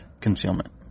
concealment